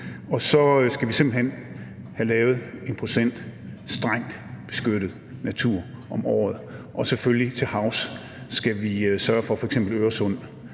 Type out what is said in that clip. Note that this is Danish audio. og så skal vi simpelt hen have lavet en procentdel strengt beskyttet natur om året. Til havs skal vi selvfølgelig sørge for, at f.eks. Øresund